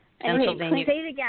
Pennsylvania